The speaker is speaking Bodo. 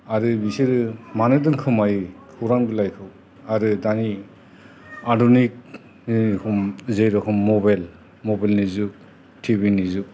आरो बिसोरो मानो दोनखोमायो खौरां बिलाइखौ आरो दानि आधुनिक जेर'खम मबाइल नि जुग टिबिनि जुग